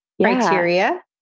Criteria